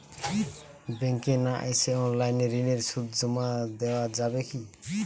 ব্যাংকে না এসে অনলাইনে ঋণের সুদ জমা দেওয়া যাবে কি?